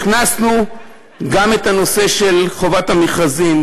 הכנסנו גם את הנושא של חובת המכרזים,